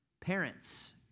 Parents